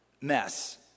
mess